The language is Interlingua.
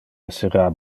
essera